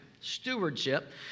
stewardship